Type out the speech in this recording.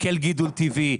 כן גידול טבעי,